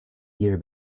year